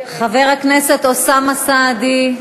חבר הכנסת אוסאמה סעדי,